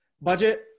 budget